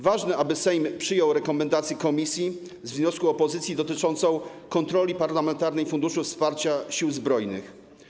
Ważne, aby Sejm przyjął rekomendację komisji co do wniosku opozycji dotyczącego kontroli parlamentarnej i Funduszu Wsparcia Sił Zbrojnych.